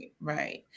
right